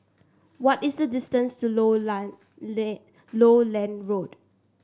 what is the distance to Lowland Road